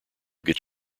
gets